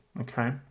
okay